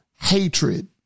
hatred